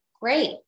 great